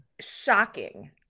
shocking